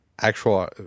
actual